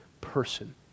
person